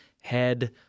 head